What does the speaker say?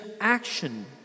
action